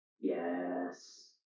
Yes